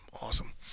awesome